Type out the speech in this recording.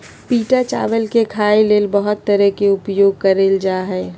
पिटा चावल के खाय ले बहुत तरह से उपयोग कइल जा हइ